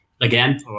Again